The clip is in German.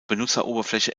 benutzeroberfläche